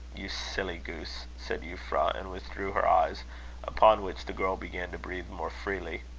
you silly goose! said euphra, and withdrew her eyes upon which the girl began to breathe more freely.